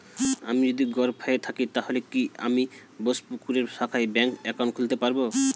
আমি যদি গরফায়ে থাকি তাহলে কি আমি বোসপুকুরের শাখায় ব্যঙ্ক একাউন্ট খুলতে পারবো?